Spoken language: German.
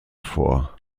vor